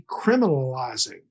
decriminalizing